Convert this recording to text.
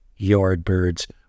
Yardbirds